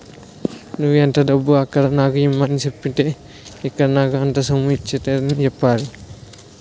నువ్వు ఎంత డబ్బు అక్కడ నాకు ఇమ్మని సెప్పితే ఇక్కడ నాకు అంత సొమ్ము ఇచ్చేత్తారని చెప్పేరు